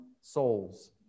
souls